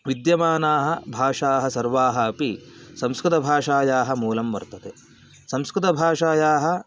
विद्यमानानां भाषाणां सर्वासाम् अपि संस्कृतभाषायाः मूलं वर्तते संस्कृतभाषायाः